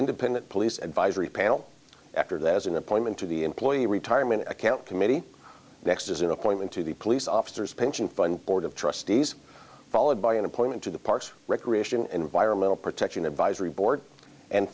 independent police advisory panel after that as an appointment to the employee retirement account committee next is an appointment to the police officers pension fund board of trustees followed by an appointment to the parks recreation and environmental protection advisory board and